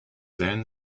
then